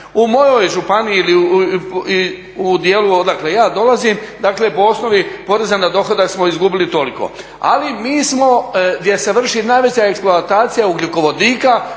U mojoj županiji, u dijelu odakle ja dolazim, dakle po osnovi poreza na dohodak smo izgubili toliko, ali mi smo gdje se vrši najveća eksploatacija ugljikovodika,